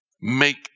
Make